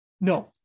No